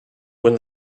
when